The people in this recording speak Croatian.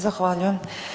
Zahvaljujem.